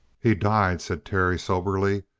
he died, said terry soberly,